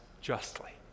justly